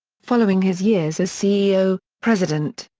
following his years as ceo, president,